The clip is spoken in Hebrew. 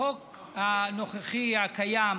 החוק הנוכחי, הקיים,